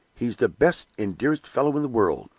he's the best and dearest fellow in the world,